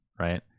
right